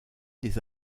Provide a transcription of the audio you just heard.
des